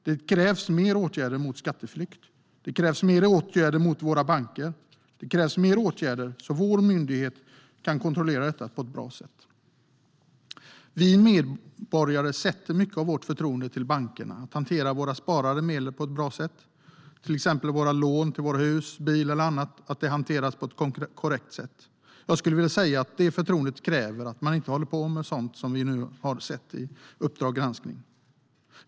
Det krävs mer åtgärder mot skatteflykt. Det krävs mer åtgärder mot våra banker. Det krävs mer åtgärder så att vår myndighet kan kontrollera detta på ett bra sätt. Vi medborgare sätter mycket av vår tillit till bankerna, till att de hanterar våra sparade medel på ett bra sätt och våra lån till hus, bil eller annat på ett korrekt sätt. Jag skulle vilja säga att det förtroendet kräver att man inte håller på med sådant som vi nu har sett i Uppdrag Granskning .